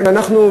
ואנחנו,